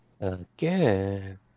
Again